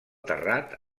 terrat